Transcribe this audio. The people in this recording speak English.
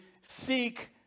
seek